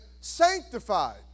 sanctified